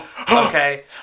Okay